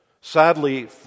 Sadly